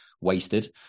wasted